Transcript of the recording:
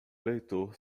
leitor